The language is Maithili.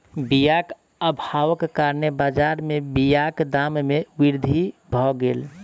बीयाक अभावक कारणेँ बजार में बीयाक दाम में वृद्धि भअ गेल